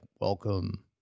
welcome